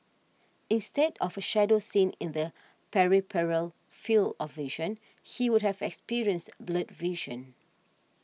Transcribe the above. instead of a shadow seen in the peripheral field of vision he would have experienced blurred vision